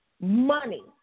money